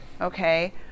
Okay